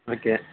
okay